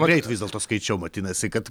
greit vis dėlto skaičiau vadinasi kad